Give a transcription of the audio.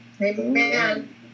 Amen